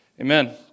Amen